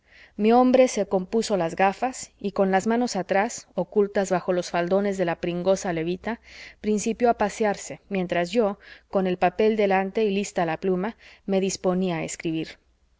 mi hombre se compuso las gafas y con las manos atrás ocultas bajo los faldones de la pringosa levita principió a pasearse mientras yo con el papel delante y lista la pluma me disponía a escribir